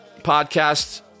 podcast